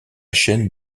chaîne